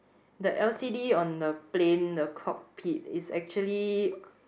the L_C_D on the plane on the cockpit is actually